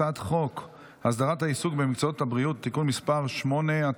הצעת חוק הסדרת העיסוק במקצועות הבריאות (תיקון מס' 8),